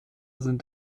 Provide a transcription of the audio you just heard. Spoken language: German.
sind